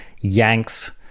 yanks